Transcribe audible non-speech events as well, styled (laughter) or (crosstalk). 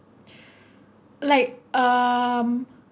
(breath) like um